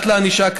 פרט לענישה,